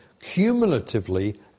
cumulatively